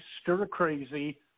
stir-crazy